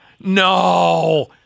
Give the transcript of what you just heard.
No